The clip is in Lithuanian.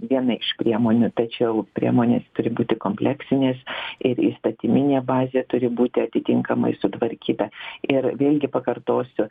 viena iš priemonių tačiau priemonės turi būti kompleksinės ir įstatyminė bazė turi būti atitinkamai sutvarkyta ir vėlgi pakartosiu